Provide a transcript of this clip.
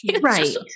Right